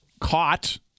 caught